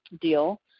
deal